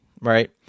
right